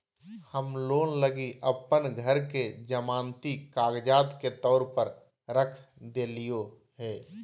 हम लोन लगी अप्पन घर के जमानती कागजात के तौर पर रख देलिओ हें